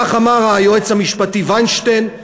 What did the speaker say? כך אמר היועץ המשפטי וינשטיין,